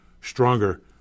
stronger